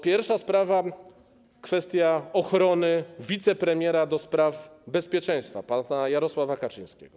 Pierwsza sprawa to kwestia ochrony wicepremiera do spraw bezpieczeństwa pana Jarosława Kaczyńskiego.